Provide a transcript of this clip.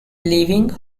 leaving